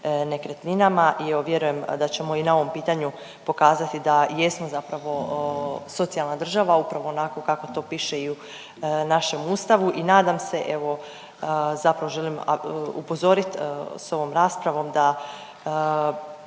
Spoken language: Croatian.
nekretninama. I evo vjerujem da ćemo i na ovom pitanju pokazati da jesmo zapravo socijalna država upravo onako kako to piše i u našem Ustavu i nadam se evo zapravo želim upozorit s ovom raspravom da